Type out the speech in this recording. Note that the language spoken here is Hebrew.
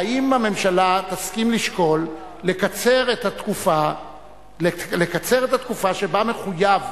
האם הממשלה תסכים לשקול לקצר את התקופה שבה מחויב